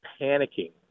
panicking